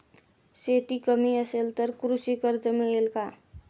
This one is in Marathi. शेती कमी असेल तर कृषी कर्ज मिळेल का?